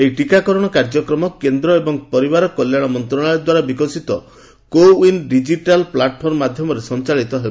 ଏହି ଟିକାକରଣ କାର୍ଯ୍ୟକ୍ରମ କେନ୍ଦ୍ର ସ୍ୱାସ୍ଥ୍ୟ ଏବଂ ପରିବାର କଲ୍ୟାଣ ମନ୍ତ୍ରାଳୟ ଦ୍ୱାରା ବିକଶିତ କୋ ୱିନ୍ ଡିକିଟାଲ୍ ପ୍ଲାଟଫର୍ମ ମାଧ୍ୟମରେ ସଂଚାଳିତ ହେବ